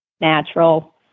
natural